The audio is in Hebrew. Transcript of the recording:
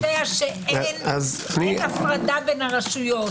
אין הפרדה בין הרשויות.